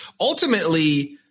ultimately